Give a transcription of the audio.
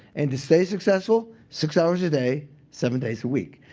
and to stay successful, six hours a day, seven days a week.